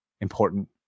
important